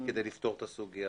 כדי לפתור את הסוגיה.